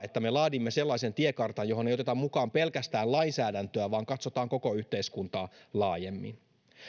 että me laadimme sellaisen tiekartan johon ei oteta mukaan pelkästään lainsäädäntöä vaan katsotaan koko yhteiskuntaa laajemmin